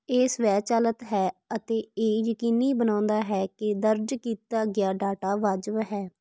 ਇਹ ਸਵੈਚਲਿਤ ਹੈ ਅਤੇ ਇਹ ਯਕੀਨੀ ਬਣਾਉਂਦਾ ਹੈ ਕਿ ਦਰਜ ਕੀਤਾ ਗਿਆ ਡਾਟਾ ਵਾਜਬ ਹੈ